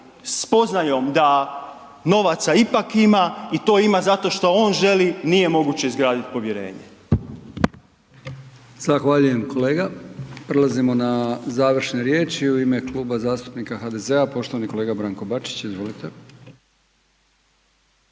spoznajom da novaca ipak ima i to ima zato što on želi, nije moguće izgraditi povjerenje. **Brkić, Milijan (HDZ)** Zahvaljujem kolega. Prelazimo na završne riječi i u ime Kluba zastupnika HDZ-a poštovani kolega Branko Bačić. Izvolite.